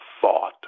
thought